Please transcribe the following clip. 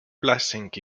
blessing